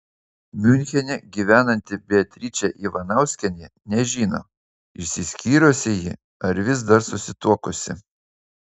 miunchene gyvenanti beatričė ivanauskienė nežino išsiskyrusi ji ar vis dar susituokusi